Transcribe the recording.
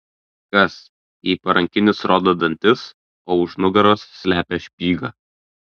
kas jei parankinis rodo dantis o už nugaros slepia špygą